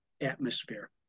atmosphere